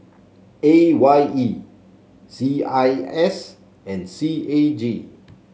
A Y E C I S and C A G